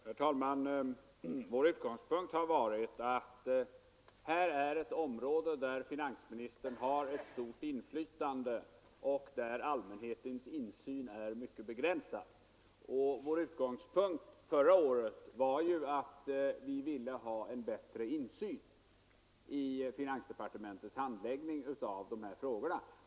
Herr talman! Vår utgångspunkt har varit att detta är ett område där finansministern har ett stort inflytande och där allmänhetens insyn är mycket begränsad. Vår utgångspunkt förra året var att vi ville ha en bättre insyn i finansdepartementets handläggning av de här frågorna.